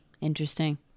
Interesting